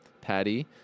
Patty